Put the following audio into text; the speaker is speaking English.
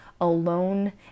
alone